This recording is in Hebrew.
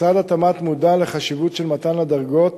משרד התמ"ת מודע לחשיבות של מתן הדרגות